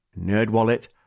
NerdWallet